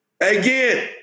Again